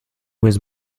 was